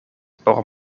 por